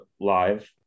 live